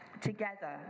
together